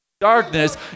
darkness